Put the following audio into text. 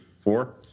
four